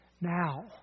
now